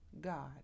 God